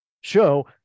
show